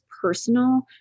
personal